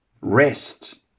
Rest